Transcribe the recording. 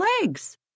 legs